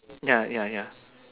ya ya ya